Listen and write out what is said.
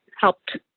helped